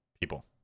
people